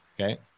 Okay